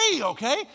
okay